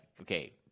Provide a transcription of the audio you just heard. okay